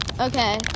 Okay